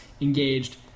engaged